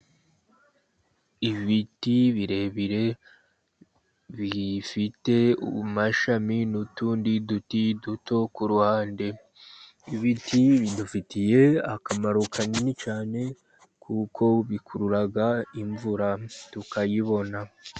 Ibiti birebire bifite amashami n'utundi duti duto ku ruhande. Ibiti bidufitiye akamaro kanini cyane kuko bikurura imvura tukayibona.